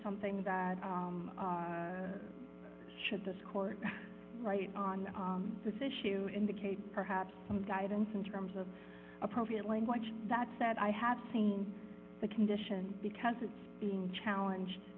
something that should this court right on this issue indicate perhaps some guidance in terms of appropriate language that said i have seen the condition because it's being challenge